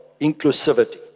inclusivity